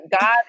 God